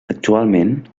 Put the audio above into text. actualment